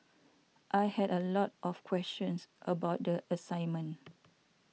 I had a lot of questions about the assignment